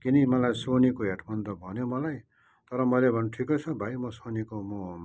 किनकि मलाई सोनीको हेडफोन त भन्यो मलाई तर मैले भने ठिकै छ भाइ म सोनीको म